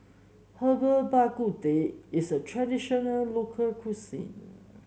Herbal Bak Ku Teh is a traditional local cuisine